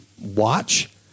watch